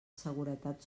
seguretat